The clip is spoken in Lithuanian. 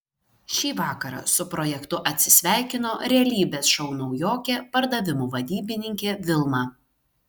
šį vakarą su projektu atsisveikino realybės šou naujokė pardavimų vadybininkė vilma